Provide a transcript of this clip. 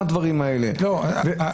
הדברים האלה לא קיימים.